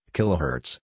Kilohertz